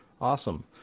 Awesome